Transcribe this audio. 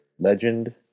Legend